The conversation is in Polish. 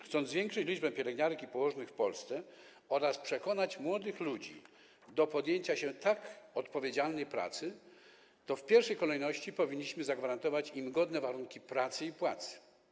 Chcąc zwiększyć liczbę pielęgniarek i położnych w Polsce oraz przekonać młodych ludzi do podjęcia się tak odpowiedzialnej pracy, w pierwszej kolejności powinniśmy zagwarantować im godne warunki pracy i płacy.